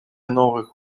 новых